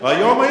היום היה.